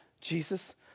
Jesus